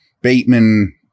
Bateman